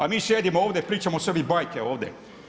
A mi sjedimo ovdje pričamo sebi bajke ovdje.